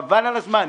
חבל על הזמן,